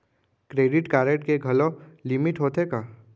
Credit card के घलव limit होथे का?